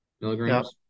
milligrams